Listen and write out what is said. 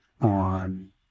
on